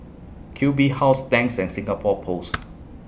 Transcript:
Q B House Tangs and Singapore Post